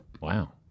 Wow